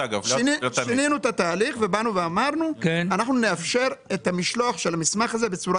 שינינו את התהליך ואמרנו שאנחנו נאפשר את המשלוח של המסמך הזה בצורה